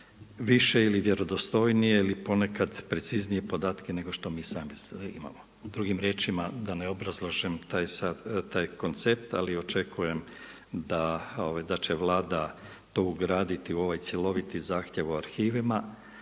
više ili vjerodostojnije ili ponekad preciznije podatke nego što mi sami imamo. Drugim riječima da ne obrazlažem taj koncept ali očekujem da će Vlada to ugraditi u ovaj cjeloviti zahtjev u arhivima,